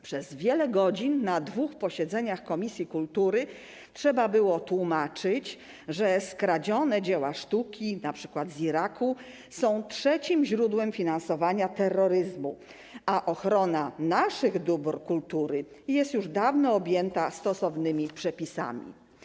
Przez wiele godzin na dwóch posiedzeniach komisji kultury trzeba było tłumaczyć, że dzieła sztuki skradzione np. z Iraku są trzecim źródłem finansowania terroryzmu, a ochrona naszych dóbr kultury jest już dawno objęta stosownymi przepisami.